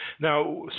Now